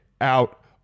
out